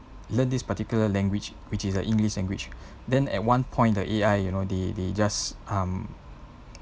learned this particular language which is the english language then at one point the A_I you know they they just um